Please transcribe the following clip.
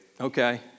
Okay